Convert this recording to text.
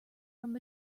from